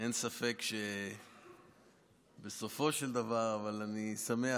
אין ספק שבסופו של דבר אני שמח